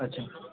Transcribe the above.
अच्छा